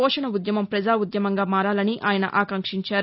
పోషణ ఉద్యమం ప్రజా ఉద్యమంగా మారాలని ఆయన ఆకాంక్షించారు